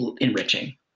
enriching